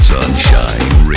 Sunshine